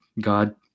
God